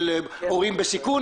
של הורים בסיכון,